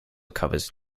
covers